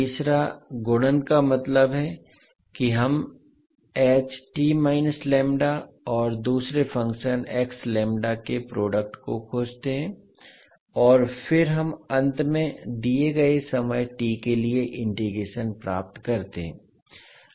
तीसरा गुणन का मतलब है कि हम और दूसरे फ़ंक्शन के प्रोडक्ट को खोजते हैं और फिर हम अंत में दिए गए समय t के लिए इंटीग्रेशन प्राप्त करते हैं